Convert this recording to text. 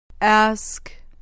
Ask